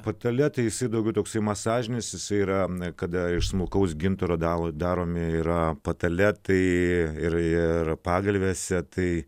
patale tai jisai yra daugiau masažinis jisai yra kada iš smulkaus gintaro dalų daromi yra patale tai ir ir pagalvėse tai